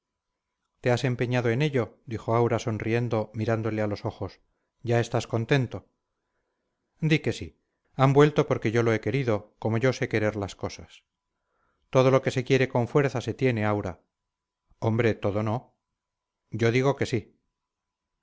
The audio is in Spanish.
te has empeñado en ello dijo aura sonriendo mirándole a los ojos ya estás contento di que sí han vuelto porque yo lo he querido como yo sé querer las cosas todo lo que se quiere con fuerza se tiene aura hombre todo no yo digo que sí